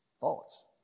Thoughts